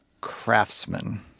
craftsman